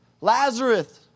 Lazarus